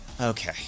okay